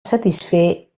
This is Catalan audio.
satisfer